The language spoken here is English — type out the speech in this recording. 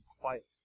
quiet